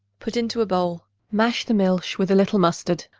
put into bowl mash the milch with a little mustard,